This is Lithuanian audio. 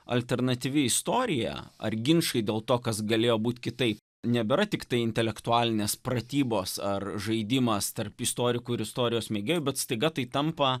alternatyvi istorija ar ginčai dėl to kas galėjo būt kitaip nebėra tiktai intelektualinės pratybos ar žaidimas tarp istorikų ir istorijos mėgėjų bet staiga tai tampa